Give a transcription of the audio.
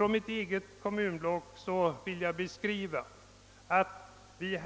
I mitt eget kommunblock hände det